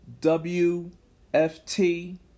WFT